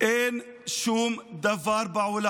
אין שום דבר בעולם,